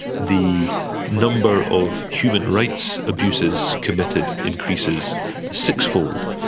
the number of human rights abuses committed increases six-fold.